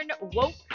woke